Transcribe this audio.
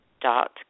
dot